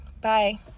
bye